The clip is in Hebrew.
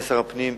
כשר הפנים,